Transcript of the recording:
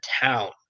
town